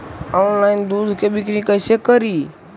Online दुध के बिक्री कैसे करि?